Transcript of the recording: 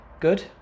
good